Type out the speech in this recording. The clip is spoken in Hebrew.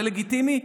זה לגיטימי?